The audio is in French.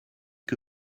que